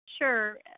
sure